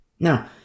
Now